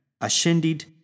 Ascended